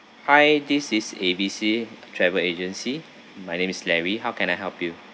hi this is A_B_C travel agency my name is larry how can I help you